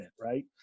right